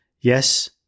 yes